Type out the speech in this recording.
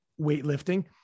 weightlifting